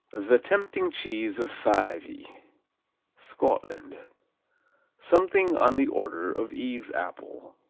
the tempting cheese of fyvie scotland something on the order of eve's apple,